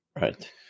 Right